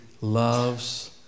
loves